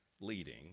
leading